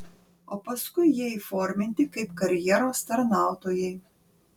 o paskui jie įforminti kaip karjeros tarnautojai